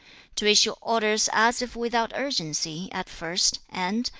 to issue orders as if without urgency, at first, and,